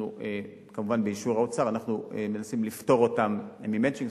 כמובן באישור האוצר אנחנו מנסים לפטור אותן מ"מצ'ינג".